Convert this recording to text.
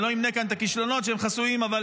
אני לא אמנה כאן את הכישלונות, שהם חסויים, אבל